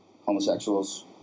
homosexuals